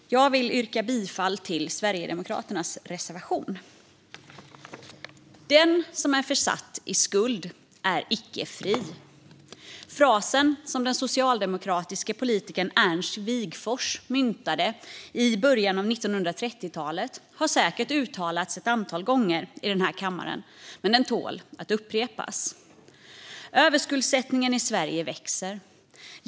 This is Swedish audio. Fru talman! Jag vill yrka bifall till Sverigedemokraternas reservation. Löneutmätning och digitala ansökningar i utsökningsförfarandet Den som är försatt i skuld är icke fri. Frasen som den socialdemokratiske politikern Ernst Wigforss myntade i början av 1930-talet har säkert uttalats ett antal gånger i den här kammaren, men den tål att upprepas. Överskuldsättningen i Sverige växer.